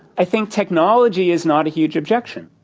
i think technology is not a huge objection.